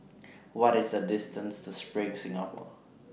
What IS The distance to SPRING Singapore